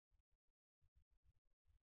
విద్యార్థి ఒక కర్ల్ తీసుకోండి